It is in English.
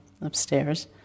upstairs